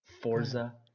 forza